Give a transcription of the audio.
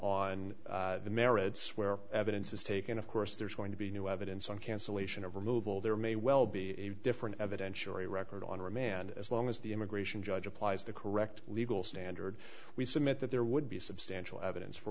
on the merits where evidence is taken of course there's going to be new evidence on cancellation of removal there may well be a different evidentiary record on remand as long as the immigration judge applies the correct legal standard we submit that there would be substantial evidence for